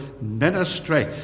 ministry